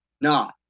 No